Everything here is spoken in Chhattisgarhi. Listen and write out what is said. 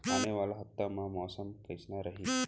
आने वाला हफ्ता मा मौसम कइसना रही?